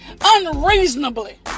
unreasonably